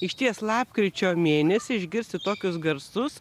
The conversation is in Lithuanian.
išties lapkričio mėnesį išgirsti tokius garsus